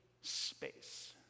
space